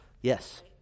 Yes